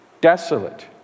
desolate